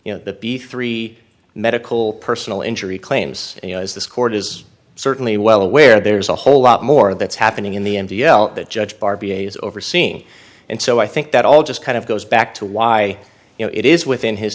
you know the p three medical personal injury claims you know as this court is certainly well aware there's a whole lot more that's happening in the n t l that judge barbie is overseeing and so i think that all just kind of goes back to why you know it is within his